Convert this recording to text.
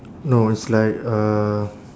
no it's like uh